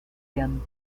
werden